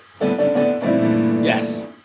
Yes